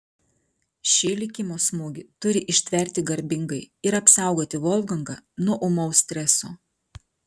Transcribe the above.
šį likimo smūgį turi ištverti garbingai ir apsaugoti volfgangą nuo ūmaus streso